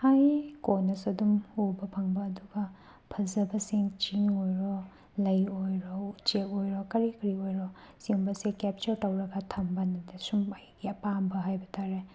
ꯍꯌꯦꯡ ꯀꯣꯟꯅꯁꯨ ꯑꯗꯨꯝ ꯎꯕ ꯐꯪꯕ ꯑꯗꯨꯒ ꯐꯖꯕꯁꯤꯡ ꯆꯤꯡ ꯑꯣꯏꯔꯣ ꯂꯩ ꯑꯣꯏꯔꯣ ꯎꯆꯦꯛ ꯑꯣꯏꯔꯣ ꯀꯔꯤ ꯀꯔꯤ ꯑꯣꯏꯔꯣ ꯁꯤꯒꯨꯝꯕꯁꯦ ꯀꯦꯞꯆꯔ ꯇꯧꯔꯒ ꯊꯝꯕꯅ ꯁꯨꯝ ꯑꯩꯒꯤ ꯑꯄꯥꯝꯕ ꯍꯥꯏꯕ ꯇꯥꯔꯦ